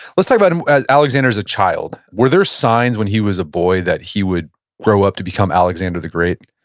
let's talk about and alexander as a child. were there signs when he was a boy that he would grow up to become alexander the great?